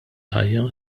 ħajja